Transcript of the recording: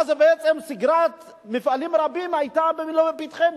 ואז בעצם סגירת מפעלים רבים היתה לפתחנו.